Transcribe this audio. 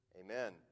amen